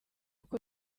uko